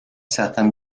certain